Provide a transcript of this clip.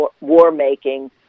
war-making